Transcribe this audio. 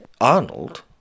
Arnold